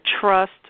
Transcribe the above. trust